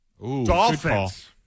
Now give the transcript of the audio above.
Dolphins